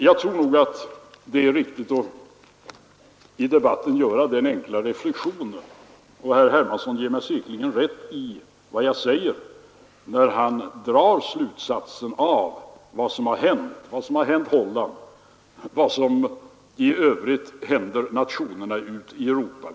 Jag tror nog att det är riktigt att i debatten göra den enkla reflexionen — och herr Hermansson ger mig säkerligen rätt i vad jag säger när han drar slutsatsen av vad som har hänt i Holland och vad som i övrigt händer nationerna ute i Europa.